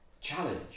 challenge